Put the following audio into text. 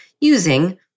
using